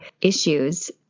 issues